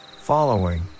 Following